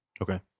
Okay